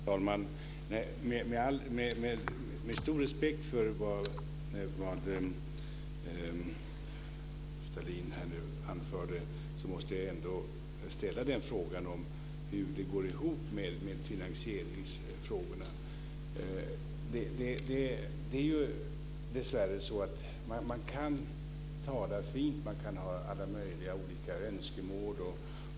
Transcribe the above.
Fru talman! Med stor respekt för vad Stalin här anförde måste jag ändå ställa frågan om hur det går ihop med finansieringsfrågorna. Dessvärre kan man tala fint och ha alla möjliga olika önskemål.